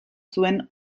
zuen